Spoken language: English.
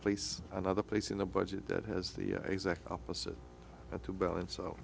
place another place in the budget that has the exact opposite to balance so